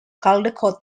caldecott